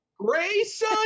Grayson